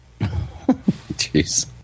Jeez